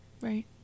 right